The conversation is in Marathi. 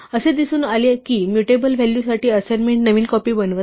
असे दिसून आले की म्यूटेबल व्हॅलूसाठी असाइनमेंट नवीन कॉपी बनवत नाही